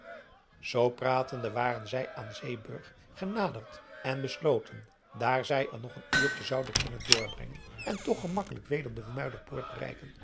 zoo pratende waren zij aan zeeburg genaderd en besloten daar zij er nog een uurtje zouden kunnen doorbrengen en toch gemakkelijk weder de muiderpoort bereiken